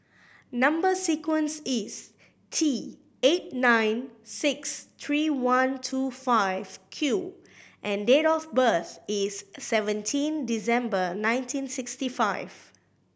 number sequence is T eight nine six three one two five Q and date of birth is seventeen December nineteen sixty five